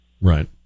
right